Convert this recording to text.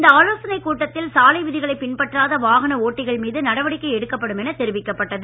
இந்த ஆலோசனைக் கூட்டத்தில் சாலை விதிகளைப் பின்பற்றாத வாகன ஜட்டிகள் மீது நடவடிக்கை எடுக்கப்படும் என தெரிவிக்கப்பட்டது